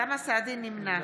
נמנע